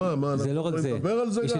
אני לא יכול לדבר על זה?